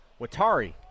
Watari